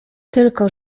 tylko